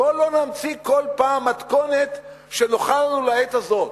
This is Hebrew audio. בואו לא נמציא כל פעם מתכונת שנוחה לנו לעת הזאת.